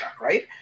right